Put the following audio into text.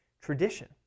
tradition